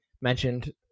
mentioned